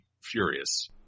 furious